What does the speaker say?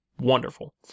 wonderful